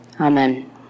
Amen